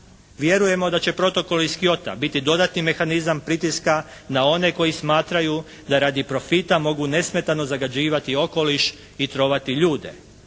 Vjerujemo da će Protokol iz Kyota biti dodatni mehanizam pritiska na one koji smatraju da radi profita mogu nesmetano zagađivati okoliš i trovati ljude.